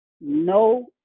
No